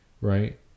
right